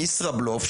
"ישראבלוף",